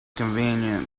convenient